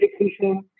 education